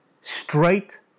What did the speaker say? straight